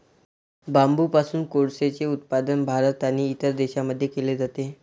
बांबूपासून कोळसेचे उत्पादन भारत आणि इतर देशांमध्ये केले जाते